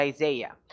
Isaiah